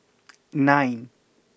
nine